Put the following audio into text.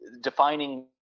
defining